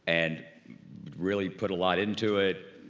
and really put a lot into it.